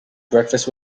breakfast